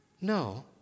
No